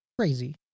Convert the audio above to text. crazy